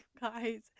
guys